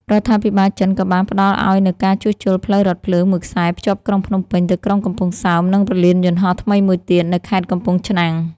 រដ្ឋាភិបាលចិន ក៏បានផ្តល់ឱ្យនូវការជួសជុលផ្លូវរថភ្លើងមួយខ្សែភ្ជាប់ក្រុងភ្នំពេញទៅក្រុងកំពង់សោម និងព្រលានយន្តហោះថ្មីមួយទៀតនៅខេត្តកំពង់ឆ្នាំង។